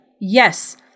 Yes